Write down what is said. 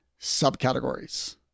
subcategories